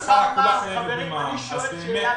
חברים, אני שואל שאלה פשוטה.